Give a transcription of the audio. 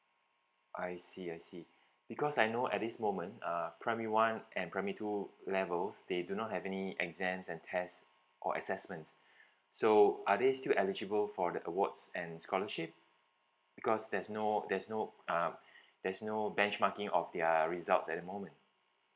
I see I see because I know at this moment uh primary one and primary two levels they do not have any exams and test or assessment so are they still eligible for the awards and scholarship because there's no there's no um there's no benchmarking of their results at the moment